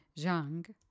Zhang